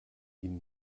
ihn